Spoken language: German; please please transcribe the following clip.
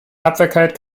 tapferkeit